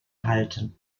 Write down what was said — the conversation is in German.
halten